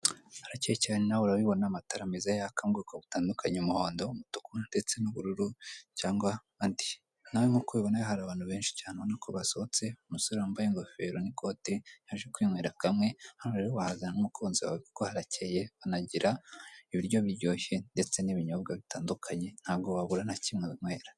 Harakeye cyane nawe urabibona, amatara meza yaka atandukanye umuhondo, umutuku ndetse cyangwa andi. Nawe nk'uko ubibona hari abantu benshi basohotse bambaye ingofero n'ikote bari kwinywera kamwe .Hano rero wahazana n'umukunzi wawe kuko harakeye bagira ibiryo biryoshye ndetse n'ibinyobwa bitandukanye ntago wabura nakimwe winywera.